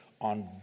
on